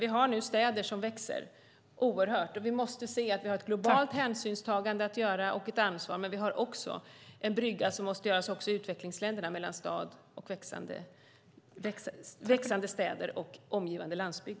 Vi måste ta hänsyn och ansvar globalt, men vi måste också göra en brygga i utvecklingsländerna mellan växande städer och omgivande landsbygd.